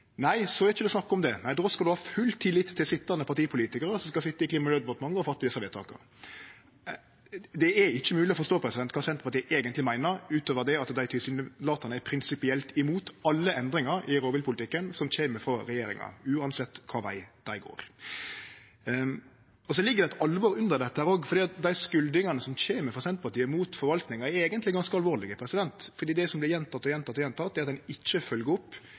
det ikkje snakk om det. Då skal ein ha full tillit til sitjande partipolitikarar, som skal sitje i Klima- og miljødepartementet og gjere desse vedtaka. Det er ikkje mogleg å forstå kva Senterpartiet eigentleg meiner, utover at dei tilsynelatande er prinsipielt imot alle endringar i rovviltpolitikken som kjem frå regjeringa, uansett kva veg dei går. Så ligg det òg eit alvor under dette, for dei skuldingane som kjem frå Senterpartiet mot forvaltinga, er eigentleg ganske alvorlege. Det som vert gjenteke og gjenteke, er at ein ikkje følgjer opp